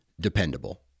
dependable